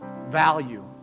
value